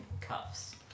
cuffs